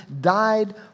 died